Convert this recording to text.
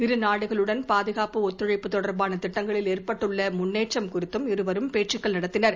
இரு நாடுகளுடன் பாதுகாப்பு ஒத்துழைப்பு தொடர்பாக திட்டங்களில் ஏற்பட்டுள்ள முன்னேற்றம் குறித்தம் இருவரும் பேச்சுக்கள் நடத்தினர்